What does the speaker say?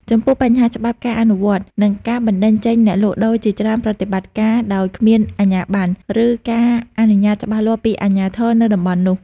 ចំពោះបញ្ហាច្បាប់ការអនុញ្ញាត និងការបណ្តេញចេញអ្នកលក់ដូរជាច្រើនប្រតិបត្តិការដោយគ្មានអាជ្ញាប័ណ្ណ ឬការអនុញ្ញាតច្បាស់លាស់ពីអាជ្ញាធរនៅតំបន់នោះ ។